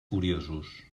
curiosos